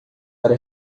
para